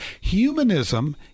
Humanism